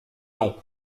non